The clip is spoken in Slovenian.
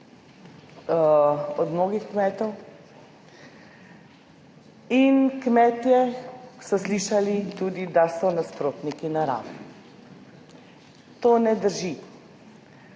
od mnogih kmetov in kmetje so slišali tudi, da so nasprotniki narave. To ne drži.